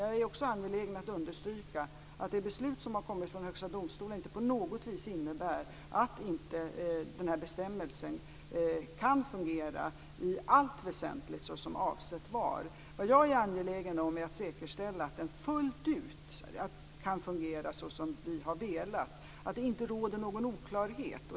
Jag är också angelägen om att understryka att det beslut som har kommit från Högsta domstolen inte på något vis innebär att bestämmelsen inte kan fungera i allt väsentligt såsom avsett var. Vad jag är angelägen om är att säkerställa att den fullt ut kan fungera såsom vi har velat och att det inte råder någon oklarhet.